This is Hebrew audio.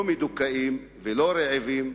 לא מדוכאים ולא רעבים,